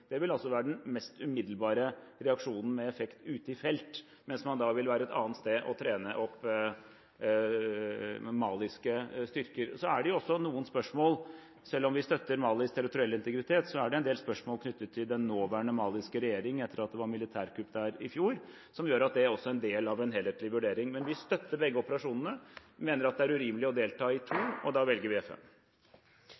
mest umiddelbare reaksjonen med effekt ute i felt, mens man da vil være et annet sted og trene opp maliske styrker. Selv om vi støtter Malis territorielle integritet, er det en del spørsmål knyttet til den nåværende maliske regjering – etter at det var militærkupp der i fjor – som gjør at det er en del av en helhetlig vurdering. Men vi støtter begge operasjonene og mener at det er urimelig å delta i to